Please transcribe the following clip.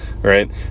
right